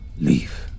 Leave